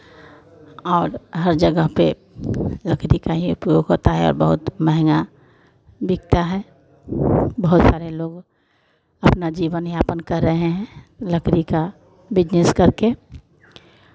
और हर जगह पे लकड़ी का ही उपयोग होता है और बहुत महंगा बिकता है बहुत सारे लोग अपना जीवनयापन कर रहे हैं लकड़ी का बिज़नेस करके